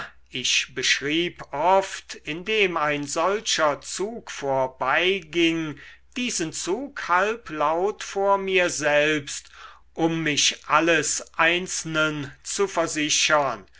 ich beschrieb oft indem ein solcher zug vorbeiging diesen zug halb laut vor mir selbst um mich alles einzelnen zu versichern